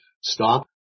Stop